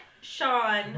Sean